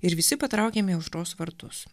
ir visi patraukiam į aušros vartus